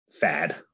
fad